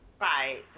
Right